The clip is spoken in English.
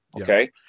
okay